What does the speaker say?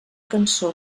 cançó